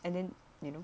and then you know